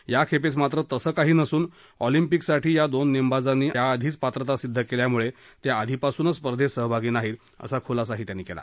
या खेपेस मात्र तसं काही नसून ऑलिम्पिकसाठी या दोन नेमबाजांनी याआधीच पात्रता सिद्ध केल्यामुळे ते आधीपासूनच स्पर्धेत सहभागी नाहीत असा खुलासाही त्यांनी केला